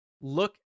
look